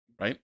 right